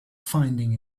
finding